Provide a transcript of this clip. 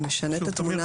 היא משנה את התמונה.